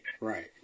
right